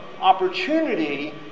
opportunity